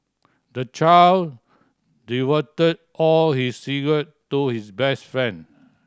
the child divulged all his secret to his best friend